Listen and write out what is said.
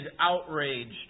outraged